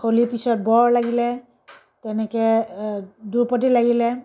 শলি পিছত বৰ লাগিলে তেনেকৈ দোৰ্পতি লাগিলে